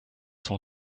sont